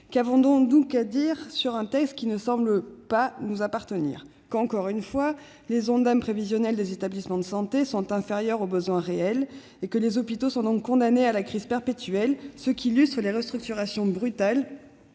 qu'avons-nous donc à dire d'un texte qui ne semble pas nous appartenir sinon que, encore une fois, les Ondam prévisionnels des établissements de santé sont inférieurs aux besoins réels et que les hôpitaux semblent condamnés à la crise perpétuelle. En témoignent les restructurations brutales